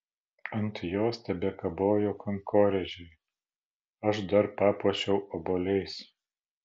ant jos tebekabojo kankorėžiai aš dar papuošiau obuoliais